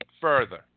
further